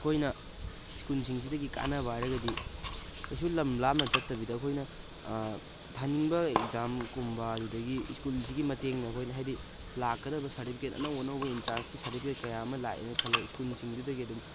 ꯑꯩꯈꯣꯏꯅ ꯁ꯭ꯀꯨꯜꯁꯤꯡꯁꯤꯗꯒꯤ ꯀꯥꯟꯅꯕ ꯍꯥꯏꯔꯒꯗꯤ ꯀꯩꯁꯨ ꯂꯝ ꯂꯥꯞꯅ ꯆꯠꯇꯕꯤꯗ ꯑꯩꯈꯣꯏꯅ ꯊꯥꯅꯤꯡꯕ ꯑꯦꯛꯖꯥꯝꯒꯨꯝꯕ ꯑꯗꯨꯗꯒꯤ ꯁ꯭ꯀꯨꯜꯁꯤꯒꯤ ꯃꯇꯦꯡꯅ ꯑꯩꯈꯣꯏꯅ ꯍꯥꯏꯗꯤ ꯂꯥꯛꯀꯗꯕ ꯁꯥꯔꯇꯤꯐꯤꯀꯦꯠ ꯑꯅꯧ ꯑꯅꯧꯕ ꯑꯦꯟꯇ꯭ꯔꯥꯟꯁꯀꯤ ꯁꯥꯔꯇꯤꯐꯤꯀꯦꯠ ꯀꯌꯥ ꯑꯃ ꯂꯥꯛꯑꯦꯅ ꯈꯜꯂꯣ ꯁ꯭ꯀꯨꯜꯁꯤꯡꯗꯨꯗꯒꯤ ꯑꯗꯨꯝ